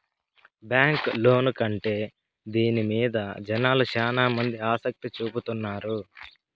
bank loan కంటే దీని మీద జనాలు శ్యానా మంది ఆసక్తి చూపుతున్నారు